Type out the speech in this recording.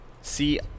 See